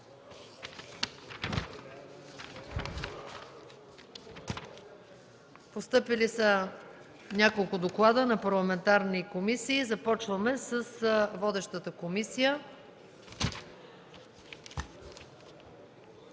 Постъпили са няколко доклада на парламентарни комисии. Започваме с водещата Комисия